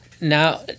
now